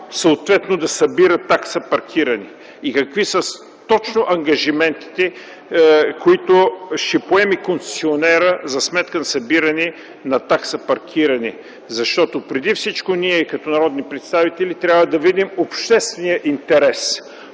съответно да събира такса ”Паркиране” и какви са точно ангажиментите, които ще поеме концесионерът за сметка на събиране на такса „Паркиране”? Защото преди всичко ние като народни представители трябва да видим обществения интерес.